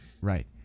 right